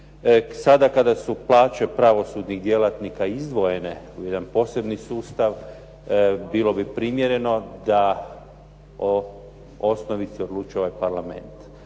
Sada kada su plaće pravosudnih djelatnika izdvojene u jedan poseban sustav bilo bi primjereno da o osnovici odlučuje ovaj Parlament.